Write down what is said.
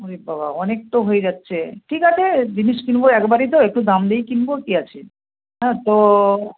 ওরে ব্বাবা অনেক তো হয়ে যাচ্ছে ঠিক আছে জিনিস কিনব একবারই তো একটু দাম দিয়েই কিনব কি আছে হ্যাঁ তো